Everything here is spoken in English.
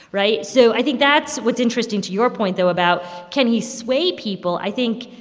right? so i think that's what's interesting to your point though about, can he sway people? i think,